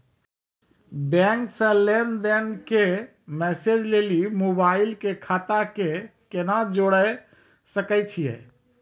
Bank से लेंन देंन के मैसेज लेली मोबाइल के खाता के केना जोड़े सकय छियै?